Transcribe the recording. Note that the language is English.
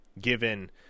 given